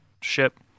ship